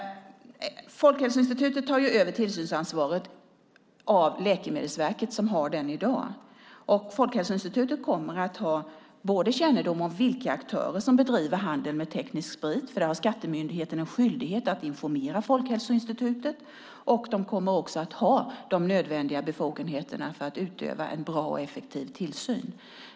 Folkhälsoinstitutet tar över tillsynsansvaret från Läkemedelsverket som har det i dag. Folkhälsoinstitutet kommer att få kännedom om vilka aktörer som bedriver handel med teknisk sprit - det har Skattemyndigheten en skyldighet att informera Folkhälsoinstitutet om - och att ha de nödvändiga befogenheterna för att utöva en bra och effektiv tillsyn.